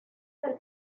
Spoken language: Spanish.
del